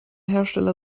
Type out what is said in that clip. hersteller